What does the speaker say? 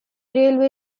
railway